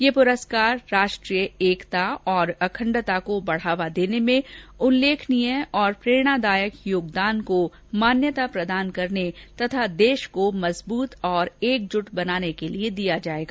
यह पुरस्कार राष्ट्रीय एकता और अखंडता को बढ़ावा देने में उल्लेखनीय तथा प्रेरणादायक योगदान को मान्यता प्रदान करने तथा भारत को मजबूत और एकजुट बनाने के लिए दिया जायेगा